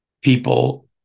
People